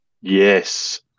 Yes